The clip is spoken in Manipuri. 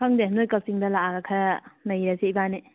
ꯈꯪꯗꯦ ꯅꯣꯏ ꯀꯛꯆꯤꯡꯗ ꯂꯥꯛꯑꯒ ꯈꯔ ꯅꯩꯔꯁꯦ ꯏꯕꯥꯟꯅꯤ